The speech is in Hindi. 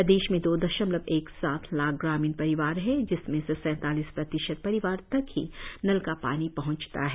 प्रदेश में दो दशमलव एक सात लाख ग्रामीण परिवार है जिसमें से सैतालीस प्रतिशत परिवार तक ही नल का पानी पहचता है